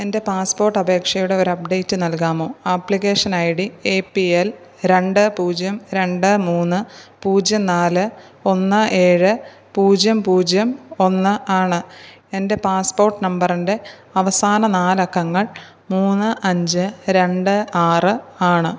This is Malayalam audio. എൻ്റെ പാസ്പോട്ട് അപേക്ഷയുടെ ഒരു അപ്ഡേറ്റ് നൽകാമോ application I D A P L രണ്ട് പൂജ്യം രണ്ട് മൂന്ന് പൂജ്യം നാല് ഒന്ന് ഏഴ് പൂജ്യം പൂജ്യം ഒന്ന് ആണ് എൻ്റെ പാസ്പോട്ട് നമ്പറിൻ്റെ അവസാന നാലക്കങ്ങൾ മൂന്ന് അഞ്ച് രണ്ട് ആറ് ആണ്